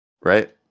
right